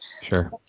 Sure